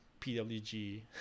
PWG